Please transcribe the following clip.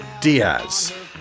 Diaz